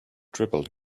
dribbled